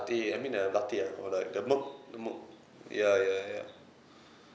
I mean uh the latte ah or like the milk the milk ya ya ya